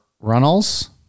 Runnels